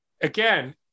again